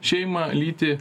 šeimą lytį